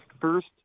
first